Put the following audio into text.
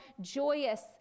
joyous